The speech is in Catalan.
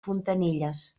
fontanilles